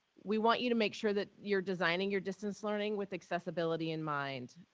we want you to make sure that you're designing your distance learning with accessibility in mind.